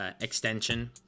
extension